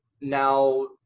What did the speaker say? now